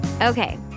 Okay